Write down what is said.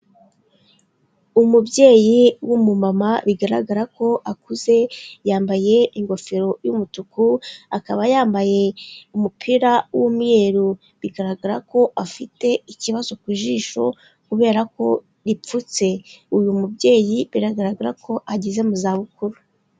Umubyeyi w'umumama bigaragara ko akuze, yambaye ingofero y'umutuku, akaba yambaye umupira w'umweru, bigaragara ko afite ikibazo ku jisho kubera ko ripfutse, uyu mubyeyi biragaragara ko ageze mu zabukuru.